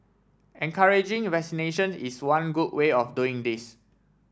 encouraging vaccination is one good way of doing this